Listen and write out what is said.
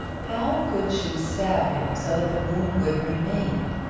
how could she stab him so that the wound would remain?